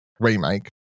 remake